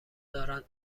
دارند